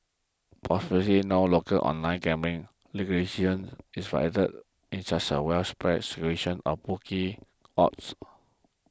possibly no local online gambling is violated with such widespread circulation of bookie odds